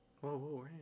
Whoa